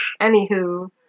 Anywho